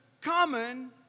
common